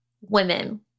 women